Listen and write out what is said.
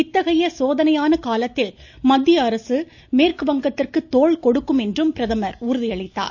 இத்தகைய சோதனையான காலத்தில் மத்திய அரசு மேற்கு வங்கத்திற்கு தோள்கொடுக்கும் என்றும் பிரதமர் உறுதியளித்தார்